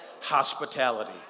hospitality